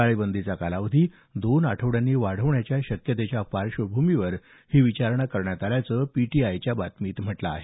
टाळेबंदीचा कालावधी दोन आठवड्यांनी वाढवण्याच्या शक्यतेच्या पार्श्वभूमीवर ही विचारणा करण्यात आल्याचं पीटीआयच्या बातमीत म्हटलं आहे